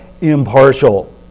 impartial